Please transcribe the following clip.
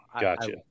Gotcha